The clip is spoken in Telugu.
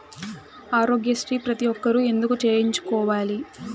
ఆరోగ్యశ్రీ ప్రతి ఒక్కరూ ఎందుకు చేయించుకోవాలి?